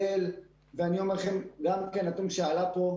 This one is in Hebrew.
ואני אומר לכם, גם נתון שעלה כאן,